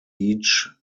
each